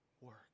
work